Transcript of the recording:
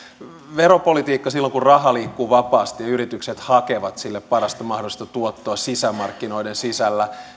veropolitiikka silloin kun raha liikkuu vapaasti ja yritykset hakevat sille parasta mahdollista tuottoa sisämarkkinoiden sisällä